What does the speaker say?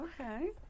Okay